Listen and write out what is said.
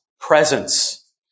presence